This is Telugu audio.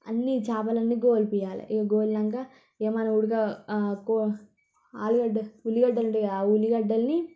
అన్ని చాపలన్నీ గోల్పియ్యాలే ఇక గోలినంక మనం ఉడక గో ఆలుగడ్డ ఉల్లిగడ్డలు ఉంటాయి కదా ఆ ఉల్లిగడ్డల్ని